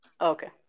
Okay